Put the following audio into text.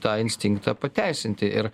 tą instinktą pateisinti ir